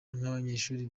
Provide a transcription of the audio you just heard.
nk’abanyeshuri